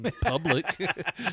Public